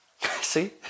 See